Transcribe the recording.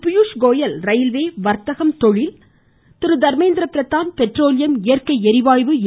Piyush Goyal railway வர்த்தகம் தொழில்துறை Dharmendra Pradhan petroleum இயற்கை ளிவாயு எ